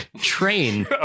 train